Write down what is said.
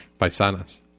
Paisanas